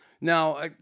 Now